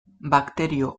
bakterio